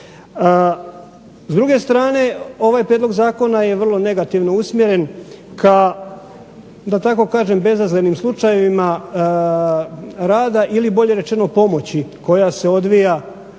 S druge strane ovaj Prijedlog zakona je vrlo negativno usmjeren ka da tako kažem, vrlo bezazlenim slučajevima rada ili bolje rečeno pomoći koja se odvija na